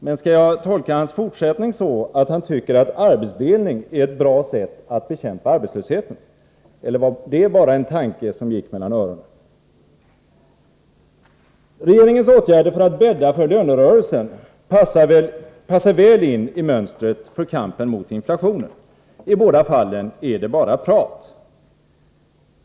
Men skall jag tolka hans fortsättning som att han anser att arbetsdelning är ett bra sätt att bekämpa arbetslösheten? Eller var det bara en tanke som gick mellan öronen? Regeringens åtgärder för att bädda för lönerörelsen passar väl in i mönstret för kampen mot inflationen. I båda fallen är det bara prat.